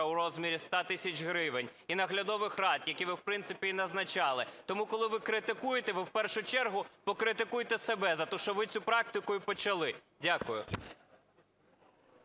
у розмірі ста тисяч гривень, і наглядових рад, які ви, в принципі, і назначали. Тому, коли ви критикуєте, ви в першу чергу покритикуйте себе за те, що ви цю практику і почали. Дякую.